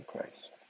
Christ